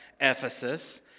Ephesus